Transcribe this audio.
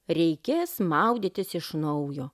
reikės maudytis iš naujo